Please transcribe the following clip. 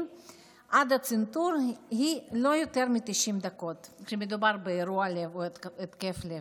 עד הצנתור הוא לא יותר מ-90 דקות כשמדובר באירוע לב או התקף לב.